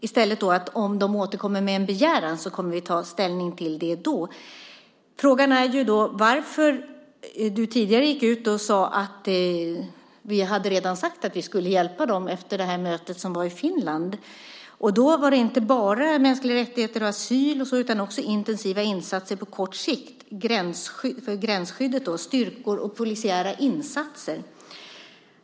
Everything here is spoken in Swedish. Men om de kommer med en begäran kommer vi att ta ställning till det då i stället. Frågan är varför du, Tobias Billström, tidigare efter mötet som var i Finland gick ut och sade att vi redan sagt att vi skulle hjälpa dem. Då var det inte bara fråga om mänskliga rättigheter och asyl utan också intensiva insatser på kort sikt på gränsskyddet, gränsstyrkor och polisiära insatser.